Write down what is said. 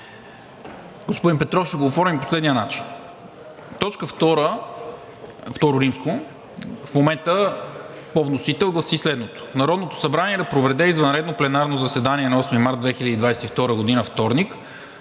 Господин Петров, ще го оформим по следния начин: Точка II в момента по вносител гласи следното: „Народното събрание да проведе извънредно пленарно заседание на 8 март 2022 г., вторник,